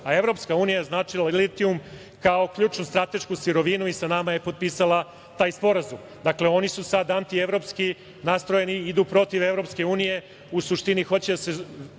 a Evropska unija označila je litijum kao ključnu stratešku sirovinu i sa nama je potpisala taj sporazum. Dakle oni su sada antievropski nastrojeni, idu protiv Evropske unije, u suštini hoće da se